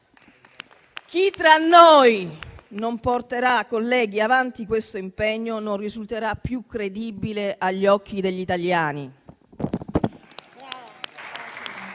Chi tra noi, colleghi, non porterà avanti questo impegno non risulterà più credibile agli occhi degli italiani.